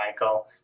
Michael